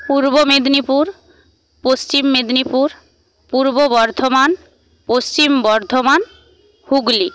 Purba Medinipur Paschim Medinipur Purba Bardhaman Paschim Bardhaman Hooghly